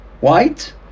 white